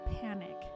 panic